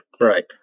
Right